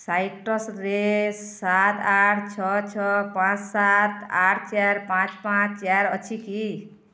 ସାଇଟ୍ରସ୍ରେ ସାତ ଆଠ ଛଅ ଛଅ ପାଞ୍ଚ ସାତ ଆଠ ଚାରି ପାଞ୍ଚ ପାଞ୍ଚ ଚାରି ଅଛି କି